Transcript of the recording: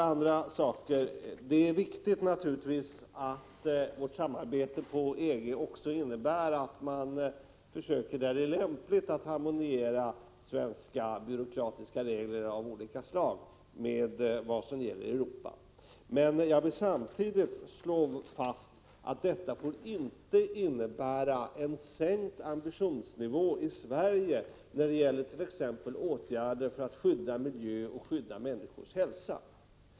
Vidare är det naturligtvis viktigt att vårt samarbete med EG också innebär att man, där detta är lämpligt, försöker harmonisera svenska byråkratiska regler av olika slag med vad som gäller i Europa. Jag vill samtidigt slå fast att Prot. 1985/86:140 detta inte får innebära en sänkt ambitionsnivå i Sverige när det gäller t.ex. 14 maj 1986 åtgärder för att skydda miljö och människors hälsa.